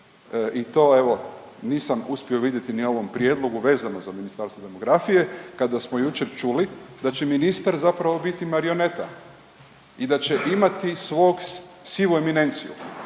i to evo nisam uspio vidjeti ni u ovom prijedlogu vezano za Ministarstvo demografije kada smo jučer čuli da će ministar zapravo biti marioneta i da će imati svog sivu eminenciju.